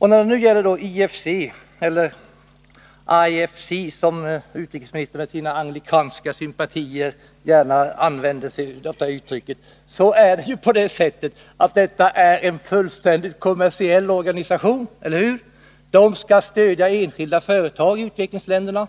Sedan: IFC — som utrikesministern med sina amerikanska sympatier uttalar på engelska — är en fullständigt kommersiell organisation. Eller hur? Den skall stödja enskilda företag i utvecklingsländerna.